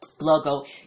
logo